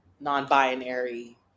non-binary